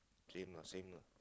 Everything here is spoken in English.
same lah same lah